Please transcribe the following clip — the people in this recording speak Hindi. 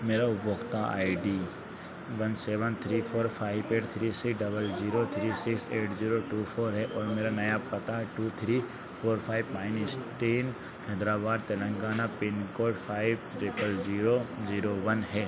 मेरा उपभोक्ता I D one seven three four five eight three six double zero three six eight zero two four है और मेरा नया पता two three four five pine street Hyderabad Telangana pin code five triple zero zero one है